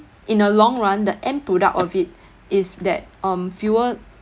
in the long run the end product of it is that um fewer